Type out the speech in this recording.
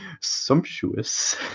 sumptuous